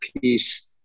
peace